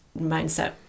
mindset